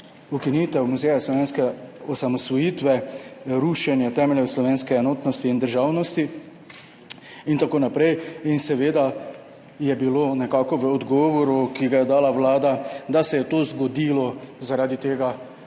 ukinitev Muzeja slovenske osamosvojitve rušenje temeljev slovenske enotnosti in državnosti in tako naprej. Seveda je bilo nekako v odgovoru, ki ga je dala Vlada, da se je to zgodilo zaradi tega,